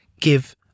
give